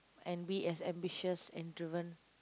and be as ambitious and driven